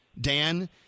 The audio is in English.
Dan